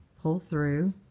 pull through,